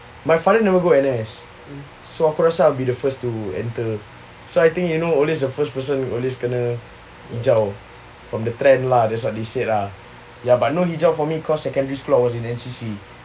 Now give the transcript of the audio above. my father never go N_S so aku rasa I'll be the first to enter so I think I know always the first person will always kena hijau from the trend lah that's what they say lah but no hijau for me because secondary school I was in N_C_C